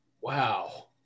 Wow